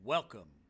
Welcome